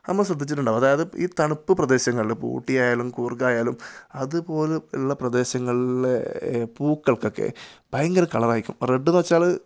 നമ്മൾ ശ്രദ്ധിച്ചിട്ടുണ്ടാകും അതായത് ഈ തണുപ്പ് പ്രദേശങ്ങളിൽ ഇപ്പോൾ ഊട്ടിയായാലും കൂര്ഗായാലും അതുപോലെ ഉള്ള പ്രദേശങ്ങളിലെ പൂക്കള്ക്കൊക്കെ ഭയങ്കര കളറായിരിക്കും റെഡ് എന്നു വെച്ചാൽ